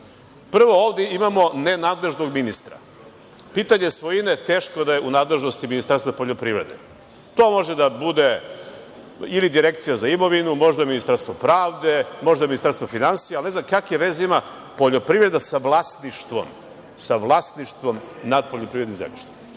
Prvo, ovde imamo nenadležnog ministra. Pitanje svojine teško da je u nadležnosti Ministarstva poljoprivrede. To može da bude ili Direkcija za imovinu, možda Ministarstvo pravde, možda Ministarstvo finansija, ali ne znam kakve veze ima poljoprivreda sa vlasništvo nad poljoprivrednim zemljištem.